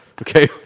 Okay